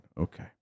Okay